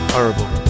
Horrible